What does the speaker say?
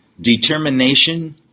determination